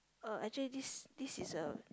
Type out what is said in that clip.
uh actually this this is a